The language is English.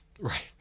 Right